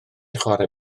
chwarae